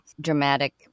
dramatic